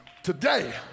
Today